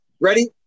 Ready